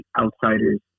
outsiders